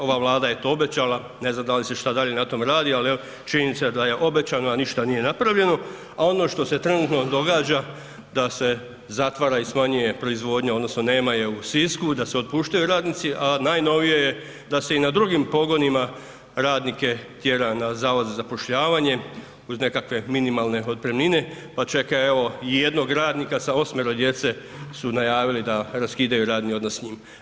Ova Vlada je to obećala, ne znam da li se šta dalje na tome radi, ali evo činjenica je da je obećano, a ništa nije napravljeno, a ono što se trenutno događa da se zatvara i smanjuje proizvodnja odnosno nema je u Sisku, da se otpuštaju radnici, a najnovije je da se i na drugim pogonima radnike tjera na Zavod za zapošljavanje uz nekakve minimalne otpremnike, pa čak i evo jednog radnika sa 8-ro djece su najavili da raskidaju radni odnos s njim.